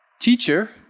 Teacher